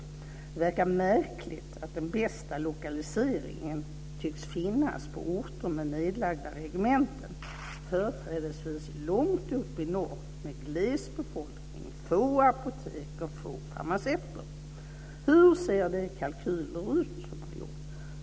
Det verkar märkligt att den bästa lokaliseringen tycks finnas på orter med nedlagda regementen, företrädesvis långt upp i norr med gles befolkning, få apotek och få farmaceuter. Hur ser de kalkyler ut som man har gjort?